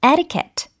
Etiquette